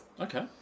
okay